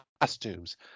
costumes